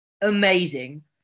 amazing